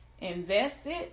invested